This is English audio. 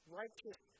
righteous